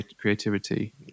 creativity